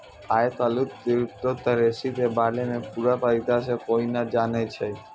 आय तलुक crypto currency के बारे मे पूरा तरीका से कोय नै जानै छै